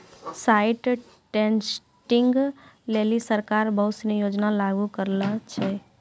site testing लेलि सरकार बहुत सिनी योजना लागू करलें छै